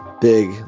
big